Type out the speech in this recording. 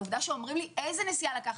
העובדה שאומרים לי איזו נסיעה לקחת,